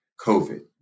COVID